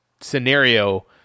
scenario